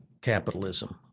capitalism